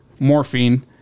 Morphine